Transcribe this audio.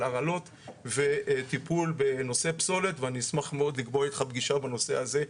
הרעלות וטיפול בנושא פסולות ואני אשמח מאוד לקבוע איתך פגישה בנושא הזה.